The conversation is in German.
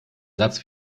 satz